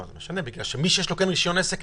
זה משנה בגלל שמי שיש לו רישיון עסק,